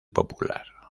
popular